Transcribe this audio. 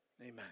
amen